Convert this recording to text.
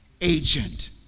agent